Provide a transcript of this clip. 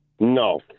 No